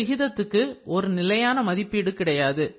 இந்த விகிதத்துக்கு ஒரு நிலையான மதிப்பீடு கிடையாது